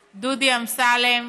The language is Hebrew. הצעה דומה,